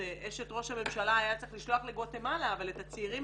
את אשת ראש הממשלה היה צריך לשלוח לגואטמלה אבל את הצעירים